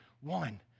one